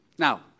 Now